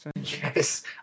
Yes